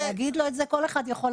להגיד לו את זה, כל אחד יכול.